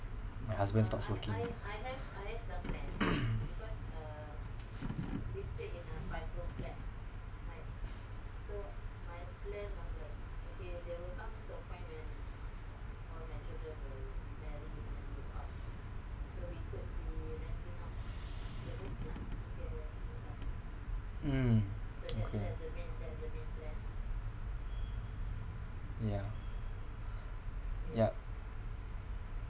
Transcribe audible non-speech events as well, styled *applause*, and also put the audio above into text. my husband stops working *noise* mm *noise* okay yeah yup